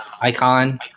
icon